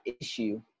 issue